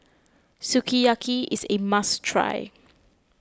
Sukiyaki is a must try